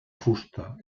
fusta